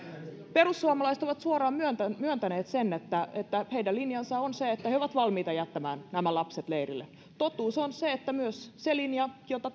perussuomalaiset ovat suoraan myöntäneet myöntäneet sen että että heidän linjansa on se että he ovat valmiita jättämään nämä lapset leirille totuus on se että myös se linja jota